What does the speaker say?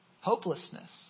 Hopelessness